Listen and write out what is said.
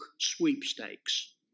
sweepstakes